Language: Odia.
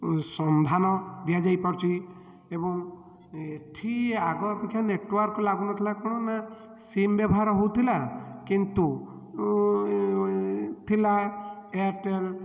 ସନ୍ଧାନ ଦିଆଯାଇ ପାରୁଛି ଏବଂ ଏଠି ଆଗ ଅପେକ୍ଷା ନେଟୱାର୍କ ଲାଗୁନଥିଲା କ'ଣ ନା ସିମ୍ ବ୍ୟବହାର ହେଉଥିଲା କିନ୍ତୁ ଥିଲା ଏୟାରଟେଲ୍